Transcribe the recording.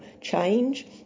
change